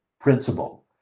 principle